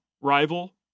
rival